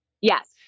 Yes